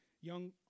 Young